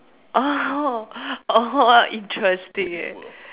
oh oh !wow! interesting eh